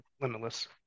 limitless